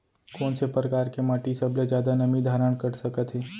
कोन से परकार के माटी सबले जादा नमी धारण कर सकत हे?